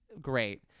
great